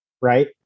right